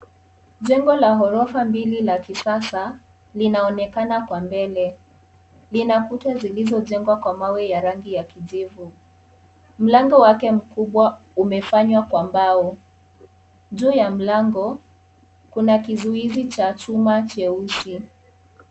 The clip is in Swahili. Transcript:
Jengo la ghorofa mbili la kisasa linaonekana kwa mbele. Lina kuta zilizojengwa kwa mawe ya rangi ya kijivu. Mlango wake mkubwa umefanywa kwa mbao. Juu ya mlango kuna kizuizi cha chuma cheusi.